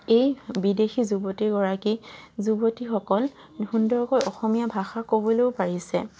এই বিদেশী যুৱতীগৰাকী যুৱতীসকল সুন্দৰকৈ অসমীয়া ভাষা ক'বলৈও পাৰিছে